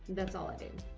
that's all i did.